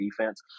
defense